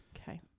Okay